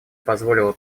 позволило